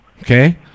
Okay